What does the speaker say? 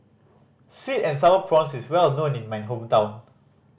sweet and Sour Prawns is well known in my hometown